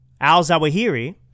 al-Zawahiri